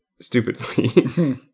stupidly